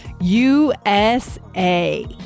USA